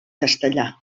castellà